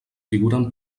figuren